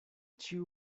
ĉiu